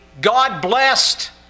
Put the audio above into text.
God-blessed